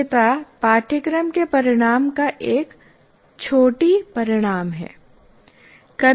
योग्यता पाठ्यक्रम के परिणाम का एक छोटी परिणाम है